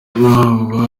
nubwo